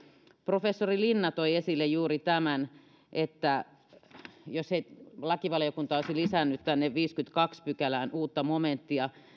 professori linna toi esille juuri tämän että jos ei lakivaliokunta olisi lisännyt tänne viidenteenkymmenenteentoiseen pykälään uutta momenttia